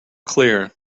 clear